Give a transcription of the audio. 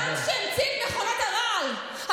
הבן אדם שהמציא את מכונת הרעל,